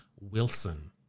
Wilson